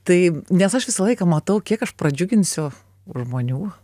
tai nes aš visą laiką matau kiek aš pradžiuginsiu žmonių